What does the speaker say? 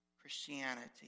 Christianity